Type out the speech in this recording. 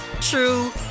true